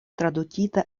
tradukita